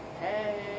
hey